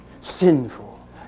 sinful